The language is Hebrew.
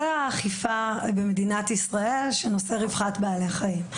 זו האכיפה במדינת ישראל של נושא רווחת בעלי החיים.